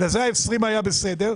בגלל זה ה-20 היה בסדר,